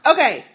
Okay